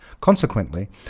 Consequently